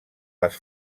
les